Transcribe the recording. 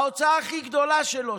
ההוצאה הכי גדולה שלו,